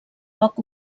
poc